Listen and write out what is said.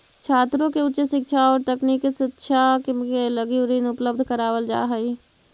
छात्रों के उच्च शिक्षा औउर तकनीकी शिक्षा के लगी ऋण उपलब्ध करावल जाऽ हई